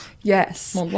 yes